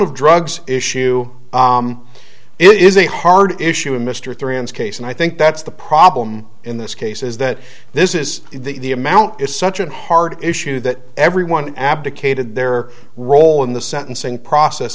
of drugs issue it is a hard issue and mr three ends case and i think that's the problem in this case is that this is the amount it's such an hard issue that everyone abdicated their role in the sentencing process